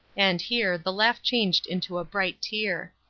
and here, the laugh changed into a bright tear.